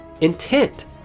Intent